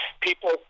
People